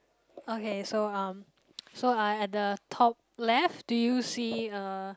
okay so um so uh at the top left do you see a